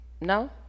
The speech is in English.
No